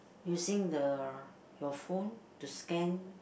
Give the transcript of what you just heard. using the your phone to scan